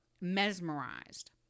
mesmerized